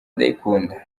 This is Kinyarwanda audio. ndayikunda